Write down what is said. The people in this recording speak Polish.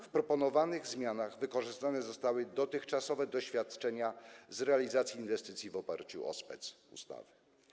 W proponowanych zmianach wykorzystane zostały dotychczasowe doświadczenia w zakresie realizacji inwestycji w oparciu o specustawy.